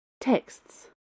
Texts